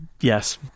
yes